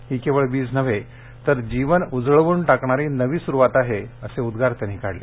ही केवळ वीज नव्हे तर जीवन उजळवून टाकणारी नवी सुरुवात आहे असे उद्गार त्यांनी काढले